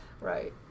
Right